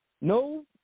no